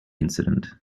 incident